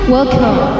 Welcome